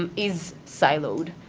um is siloed,